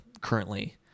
currently